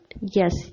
yes